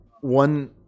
One